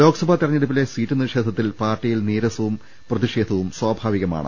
ലോക്സഭാ തെരഞ്ഞെടുപ്പിലെ സീറ്റ് നിഷേധത്തിൽ പാർട്ടി യിൽ നീരസവും പ്രതിഷേധവും സ്വാഭാവികമാണ്